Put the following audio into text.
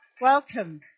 Welcome